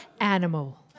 Animal